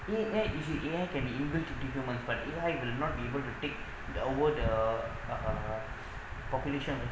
A_I is A_I can be introduced into human but A_I will not be able to take over the uh population of